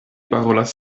parolas